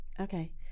Okay